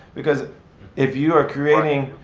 because if you're creating,